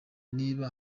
niba